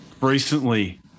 recently